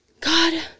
God